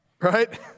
right